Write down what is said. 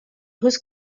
russes